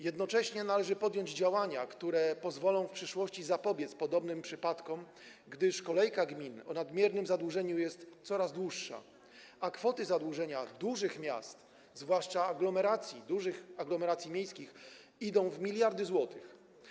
Jednocześnie należy podjąć działania, które pozwolą w przyszłości zapobiec podobnym przypadkom, gdyż kolejka gmin o nadmiernym zadłużeniu jest coraz dłuższa, a kwoty zadłużenia dużych miast, zwłaszcza aglomeracji, dużych aglomeracji miejskich, idą w miliardy złotych.